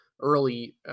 early –